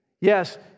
Yes